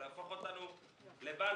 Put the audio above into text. זה להפוך אותנו לבנקים,